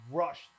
rush